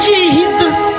Jesus